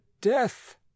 DEATH